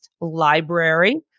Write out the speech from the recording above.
library